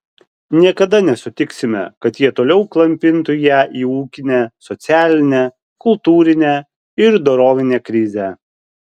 niekada nesutiksime kad jie toliau klampintų ją į ūkinę socialinę kultūrinę ir dorovinę krizę